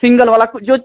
single वाला जो